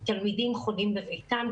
תלמידים חולים בביתם,